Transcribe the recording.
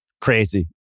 crazy